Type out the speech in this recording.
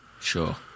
Sure